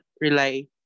rely